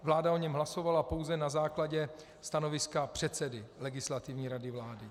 Vláda o něm hlasovala pouze na základě stanoviska předsedy Legislativní rady vlády.